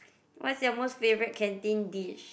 what's your most favorite canteen dish